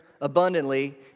abundantly